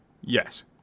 Yes